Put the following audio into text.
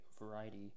variety